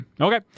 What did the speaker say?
Okay